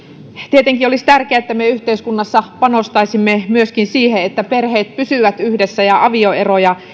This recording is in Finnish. tietenkin olisi tärkeää että me yhteiskunnassa panostaisimme myöskin siihen että perheet pysyvät yhdessä ja avioeroja